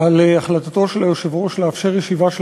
על החלטתו של היושב-ראש לאפשר ישיבה של